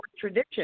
tradition